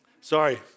sorry